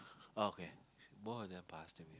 okay both of them passed away